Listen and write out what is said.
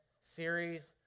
series